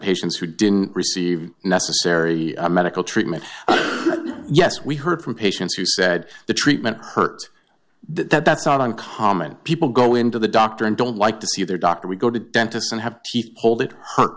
patients who didn't receive necessary medical treatment yes we heard from patients who said the treatment hurts that's not uncommon people go into the doctor and don't like to see their doctor we go to the dentist and have teeth pulled it hurts